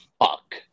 Fuck